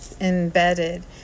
embedded